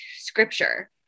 scripture